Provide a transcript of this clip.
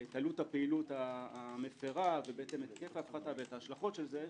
את עלות הפעילות המפרה ואת ההשלכות של זה,